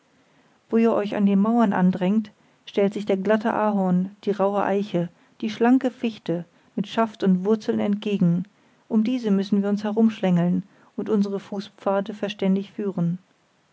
wo ihr euch an den mauern andrängt stellt sich der glatte ahorn die rauhe eiche die schlanke fichte mit schaft und wurzeln entgegen um diese müssen wir uns herumschlängeln und unsere fußpfade verständig führen